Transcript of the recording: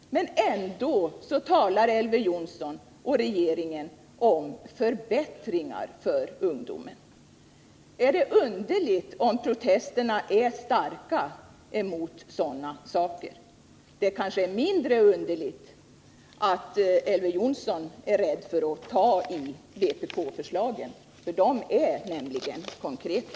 Ändå talar Elver Jonsson och regeringen om förbättringar för ungdomen. Är det underligt om protesterna mot sådana saker är starka? Mindre underligt är det kanske att Elver Jonsson är rädd för att ta i vpk-förslagen — de är nämligen konkreta.